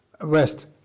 West